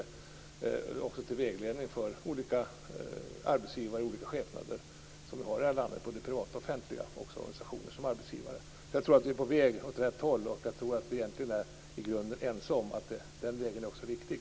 Den skall också kunna fungera som vägledning för de olika slags arbetsgivare som vi har i Sverige, både de privata och de offentliga samt organisationer. Jag tror att vi är på väg åt rätt håll och att vi i grunden är ense om att den vägen är riktig.